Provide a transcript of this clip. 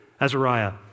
Azariah